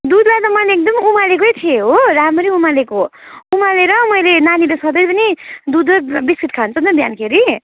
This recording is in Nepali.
दुधलाई त मैले एकदम उमालेकै थिएँ हो राम्ररी उमालेको उमालेर मैले नानीलाई सधैँ पनि दुध र बिस्कुट खान्छ नि त बिहानखेरि